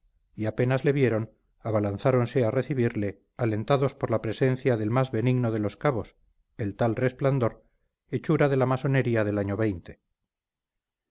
y apenas le vieron abalanzáronse a recibirle alentados por la presencia del más benigno de los cabos el tal resplandor hechura de la masonería del año